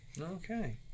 Okay